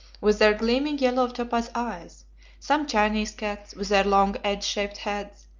with their gleaming yellow-topaz eyes some chinese cats, with their long, edge-shaped heads,